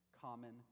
common